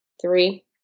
three